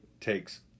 takes